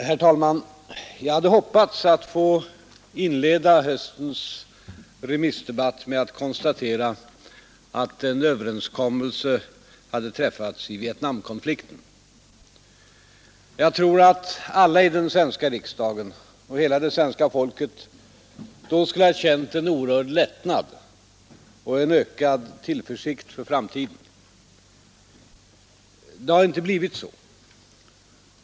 Herr talman! Jag hade hoppats att få inleda höstens remissdebatt med att konstatera att en överenskommelse hade träffats i Vietnamkonflikten. Jag tror att alla i den svenska riksdagen och hela det svenska folket då skulle ha känt en oerhörd lättnad och en ökad tillförsikt inför framtiden. Det har inte blivit så.